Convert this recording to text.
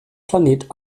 planet